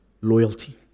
Loyalty